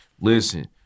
Listen